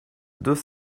deux